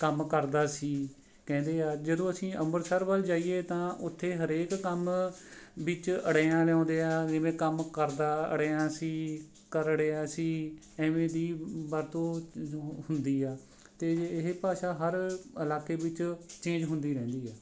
ਕੰਮ ਕਰਦਾ ਸੀ ਕਹਿੰਦੇ ਹਾਂ ਜਦੋਂ ਅਸੀਂ ਅੰਬਰਸਰ ਵੱਲ ਜਾਈਏ ਤਾਂ ਉੱਥੇ ਹਰੇਕ ਕੰਮ ਵਿੱਚ ਡਿਆਂ ਲਾਉਂਦੇ ਹਾਂ ਜਿਵੇਂ ਕੰਮ ਕਰਦਾ ਡਿਆਂ ਸੀ ਕਰਨਡਿਆਂ ਸੀ ਇਵੇਂ ਦੀ ਵਰਤੋਂ ਹੁੰਦੀ ਆ ਅਤੇ ਇਹ ਭਾਸ਼ਾ ਹਰ ਇਲਾਕੇ ਵਿੱਚ ਚੇਂਜ ਹੁੰਦੀ ਰਹਿੰਦੀ ਹੈ